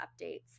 updates